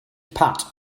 pat